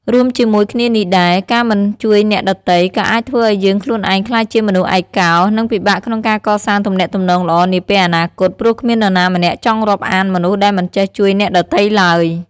រួមជាមួយគ្នានេះដែរ ការមិនជួយអ្នកដទៃ ក៏អាចធ្វើឲ្យយើងខ្លួនឯងក្លាយជាមនុស្សឯកោ និងពិបាកក្នុងការកសាងទំនាក់ទំនងល្អនាពេលអនាគត ព្រោះគ្មាននរណាម្នាក់ចង់រាប់អានមនុស្សដែលមិនចេះជួយអ្នកដទៃឡើយ។